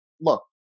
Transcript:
look